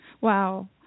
Wow